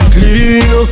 Clean